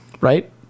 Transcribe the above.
right